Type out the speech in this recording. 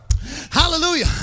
Hallelujah